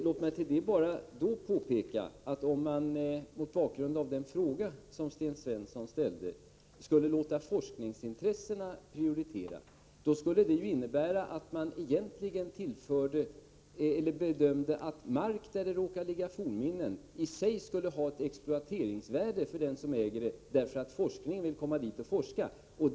Låt mig till detta bara säga, att om man mot bakgrund av vad som framförs i Sten Svenssons fråga skulle låta forskningsintressena prioriteras, skulle detta egentligen innebära att man bedömer att mark där det råkar finnas fornminnen i sig skulle ha ett exploateringsvärde för ägaren på grund av att forskningen har ett intresse av dem.